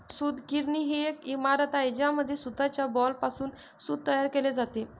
सूतगिरणी ही एक इमारत आहे ज्यामध्ये सूताच्या बॉलपासून सूत तयार केले जाते